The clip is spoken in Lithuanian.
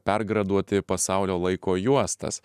per graduoti pasaulio laiko juostas